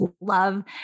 love